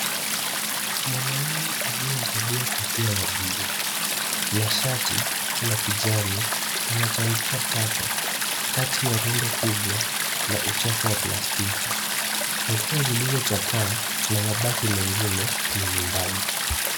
Mwanamume aliyevalia kofia ya buluu na shati la kijani anachambua taka kati ya rundo kubwa la uchafu wa plastiki. Nguo zilizochakaa na mabaki mengine ya nyumbani.